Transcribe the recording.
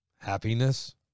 Happiness